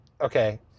okay